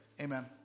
amen